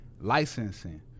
licensing